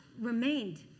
remained